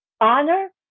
honor